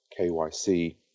KYC